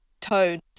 tones